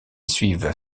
suivent